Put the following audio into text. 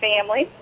family